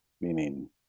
meaning